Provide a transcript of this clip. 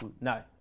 No